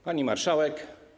Pani Marszałek!